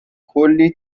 کلی